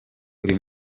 buri